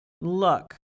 Look